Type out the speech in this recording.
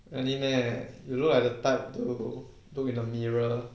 really meh you look like the type who look in the mirror